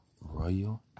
Royal